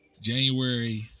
january